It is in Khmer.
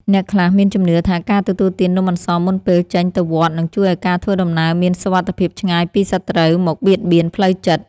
អ្នកខ្លះមានជំនឿថាការទទួលទាននំអន្សមមុនពេលចេញទៅវត្តនឹងជួយឱ្យការធ្វើដំណើរមានសុវត្ថិភាពឆ្ងាយពីសត្រូវមកបៀតបៀនផ្លូវចិត្ត។